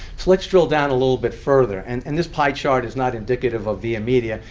so let's drill down a little bit further. and and this pie chart is not indicative of viamedia.